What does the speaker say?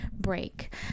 break